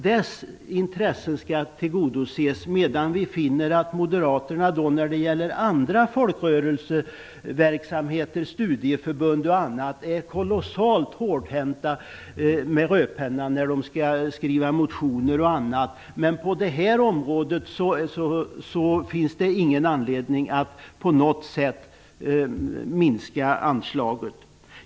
Dess intressen skall tillgodoses, men när det gäller andra folkrörelser, studieförbund och annat är moderaterna kolossalt hårdhänta med rödpennan när de skriver motioner och annat. Men på det här området finns det tydligen ingen anledning att på något sätt minska anslaget.